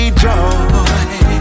joy